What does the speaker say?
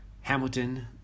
Hamilton